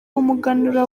w’umuganura